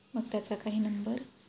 मग त्याचा काही नंबर